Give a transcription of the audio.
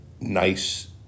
nice